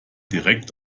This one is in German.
direkt